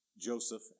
Joseph